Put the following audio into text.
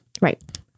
Right